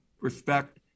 respect